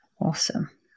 Awesome